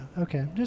okay